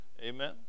Amen